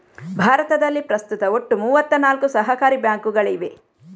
ಭಾರತದಲ್ಲಿ ಪ್ರಸ್ತುತ ಒಟ್ಟು ಮೂವತ್ತ ನಾಲ್ಕು ಸಹಕಾರಿ ಬ್ಯಾಂಕುಗಳಿವೆ